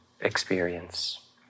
experience